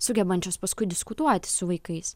sugebančios paskui diskutuoti su vaikais